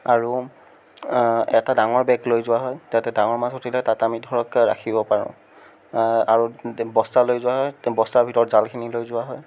আৰু এটা ডাঙৰ বেগ লৈ যোৱা হয় তাতে ডাঙৰ মাছ উঠিলে তাত আমি ধৰক ৰাখিব পাৰোঁ আৰু বস্তা লৈ যোৱা হয় বস্তাৰ ভিতৰত জালখিনি লৈ যোৱা হয়